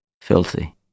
filthy